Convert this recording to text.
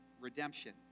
redemption